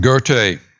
Goethe